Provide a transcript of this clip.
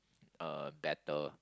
uh batter